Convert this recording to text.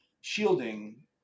shielding